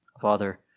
Father